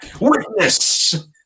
Witness